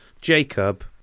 Jacob